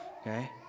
okay